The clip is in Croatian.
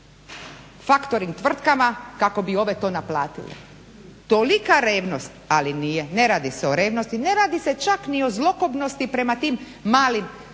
faktoring tvrtkama kako bi ove to naplatile. Tolika revnost, ali ne radi se o revnosti, ne radi se čak ni o zlokobnosti prema tim malim,